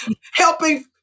Helping